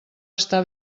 està